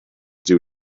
due